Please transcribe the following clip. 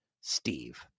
Steve